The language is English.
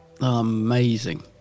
Amazing